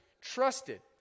trusted